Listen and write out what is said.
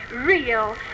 real